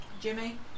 Jimmy